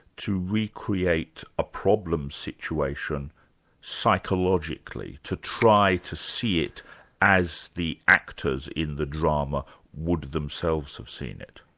to recreate a problem situation psychologically, to try to see it as the actors in the drama would themselves have seen it?